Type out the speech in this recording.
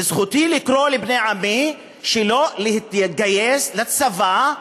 וזכותי לקרוא לבני עמי שלא להתגייס לצבא,